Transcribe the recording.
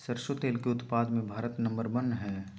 सरसों तेल के उत्पाद मे भारत नंबर वन हइ